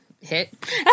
Hit